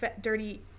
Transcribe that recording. dirty